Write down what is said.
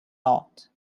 not